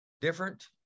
different